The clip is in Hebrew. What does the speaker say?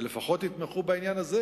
לפחות יתמכו בעניין הזה.